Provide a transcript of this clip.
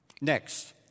Next